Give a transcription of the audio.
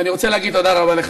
ואני רוצה להגיד תודה רבה לך,